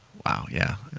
wow, yeah,